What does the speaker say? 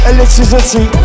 Electricity